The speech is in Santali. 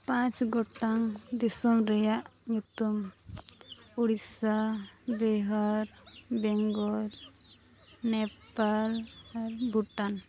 ᱯᱟᱸᱪ ᱜᱚᱴᱟᱝ ᱫᱤᱥᱚᱢ ᱨᱮᱭᱟᱜ ᱧᱩᱛᱩᱢ ᱩᱲᱤᱥᱥᱟ ᱵᱤᱦᱟᱨ ᱵᱮᱝᱜᱚᱞ ᱱᱮᱯᱟᱞ ᱟᱨ ᱵᱷᱩᱴᱟᱱ